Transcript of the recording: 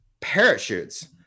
parachutes